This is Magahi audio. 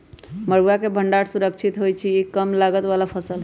मरुआ के भण्डार सुरक्षित होइ छइ इ कम लागत बला फ़सल हइ